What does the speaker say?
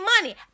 money